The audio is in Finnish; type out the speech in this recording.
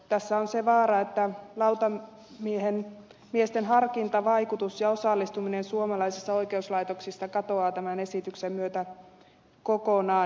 tässä on se vaara että lautamiesten harkintavaikutus ja osallistuminen suomalaisista oikeuslaitoksista katoaa tämän esityksen myötä kokonaan